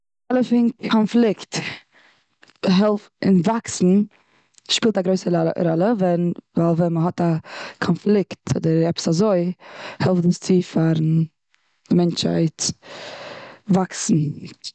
ראלע פון קאנפליקט, העלפט, און וואקסן שפילט א גרויסע רא- ראלע. ווען, וויל ווען מ'האט א קאנפליקט אדער עפעס אזוי העלפט דאס צו פארן מענטשהייטס וואקסן.